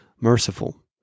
merciful